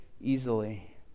easily